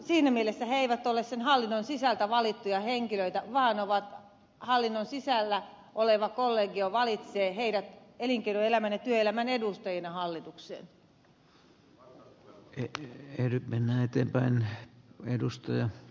siinä mielessä he eivät ole sen hallinnon sisältä valittuja henkilöitä vaan hallinnon sisällä oleva kollegio valitsee heidät elinkeinoelämän ja työelämän edustajina hallitukseen